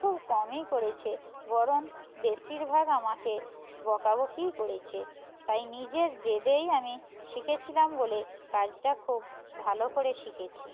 খুব কমই করেছে বরং বেশিরভাগ আমাকে বকাবকিই করেছে তাই নিজের জেদেই আমি শিখেছিলাম বলে কাজটা খুব ভালো করে শিখেছি